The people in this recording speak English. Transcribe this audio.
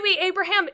abraham